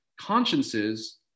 consciences